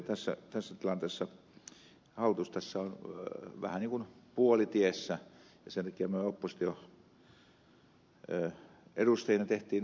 tässä tilanteessa hallitus on vähän niin kuin puolitiessä ja sen takia me opposition edustajina teimme oman vastalauseen